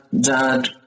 Dad